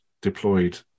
deployed